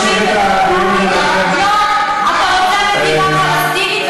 אתה רוצה מדינה פלסטינית,